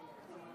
להלן